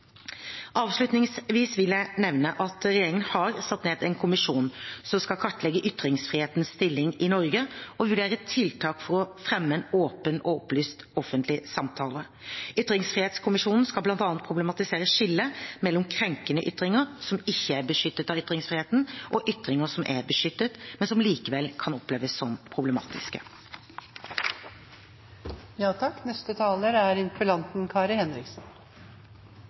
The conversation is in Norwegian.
Avslutningsvis vil jeg nevne at regjeringen har satt ned en kommisjon som skal kartlegge ytringsfrihetens stilling i Norge og vurdere tiltak for å fremme en åpen og opplyst offentlig samtale. Ytringsfrihetskommisjonen skal bl.a. problematisere skillet mellom krenkende ytringer som ikke er beskyttet av ytringsfriheten, og ytringer som er beskyttet, men som likevel kan oppleves som problematiske. Statsråden pekte i innledningen av sitt innlegg på noe av det som er